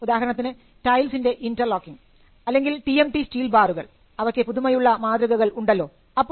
ഉദാഹരണത്തിന് ടൈൽസിൻറെ ഇൻറർലോക്കിംഗ് അല്ലെങ്കിൽ ടിഎംടി സ്റ്റീൽ ബാറുകൾ അവക്ക് പുതുമയുള്ള ഉള്ള മാതൃകകൾ ഉണ്ടല്ലോ